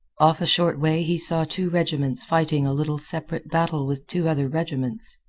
off a short way he saw two regiments fighting a little separate battle with two other regiments.